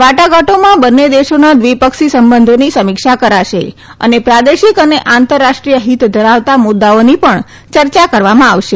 વાટાઘાટોમાં બંને દેશોના દ્વિપક્ષો સંબંધોની સમીક્ષા કરાશે અને પ્રાદેશિક અને આંતરરાષ્ટ્રીય હિત ધરાવતાં મુદ્દાઓની પણ ચર્ચા કરવામાં આવશે